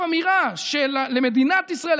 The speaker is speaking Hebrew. תשקף אמירה שלמדינת ישראל,